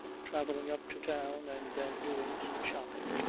travelling up to town and then doing some shopping,